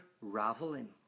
raveling